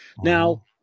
now